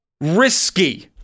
risky